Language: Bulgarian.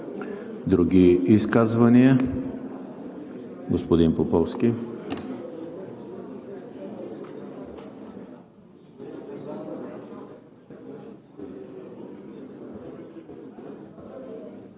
Други изказвания? Господин Поповски,